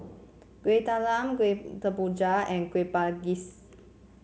Kueh Talam Kuih Kemboja and Kueh Manggis